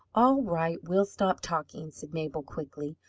all right, we'll stop talking, said mabel quickly,